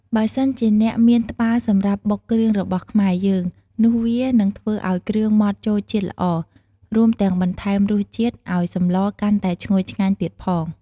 បើសិនជាអ្នកមានត្បាល់សម្រាប់បុកគ្រឿងរបស់ខ្មែរយើង នោះវានឹងធ្វើឱ្យគ្រឿងម៉ដ្ដចូលជាតិល្អ ព្រមទាំងបន្ថែមរសជាតិឱ្យសម្លកាន់តែឈ្ងុយឆ្ងាញ់ទៀតផង។